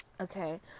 Okay